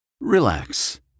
Relax